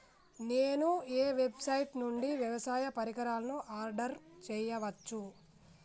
నేను ఏ వెబ్సైట్ నుండి వ్యవసాయ పరికరాలను ఆర్డర్ చేయవచ్చు?